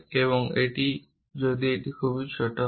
এবং যদি এটি ছোট হয়